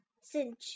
cinch